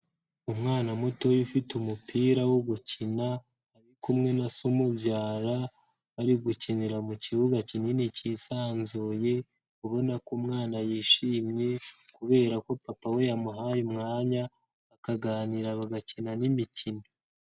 Umwana muto ufite umupira wo gukina ari kumwe na se umubyara, bari gukinira mu kibuga kinini kisanzuye, ubona ko umwana yishimye kubera ko papa we yamuhaye umwanya, bakaganira bagakina n'imikino.